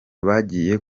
bagiye